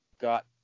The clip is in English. got